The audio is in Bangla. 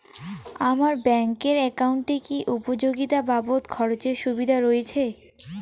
আমার ব্যাংক এর একাউন্টে কি উপযোগিতা বাবদ খরচের সুবিধা রয়েছে?